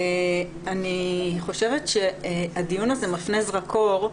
אני חושבת שהדיון הזה מפנה זרקור.